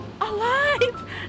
Alive